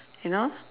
you know